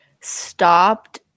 stopped